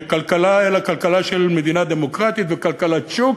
בכלכלה אלא בכלכלה של מדינה דמוקרטית וכלכלת שוק,